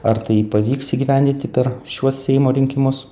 ar tai pavyks įgyvendinti per šiuos seimo rinkimus